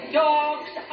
dogs